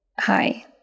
Hi